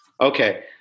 Okay